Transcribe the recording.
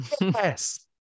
Yes